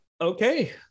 okay